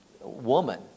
woman